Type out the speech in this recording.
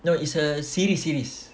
no it's a series series